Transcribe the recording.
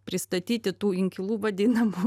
pristatyti tų inkilų vadinamų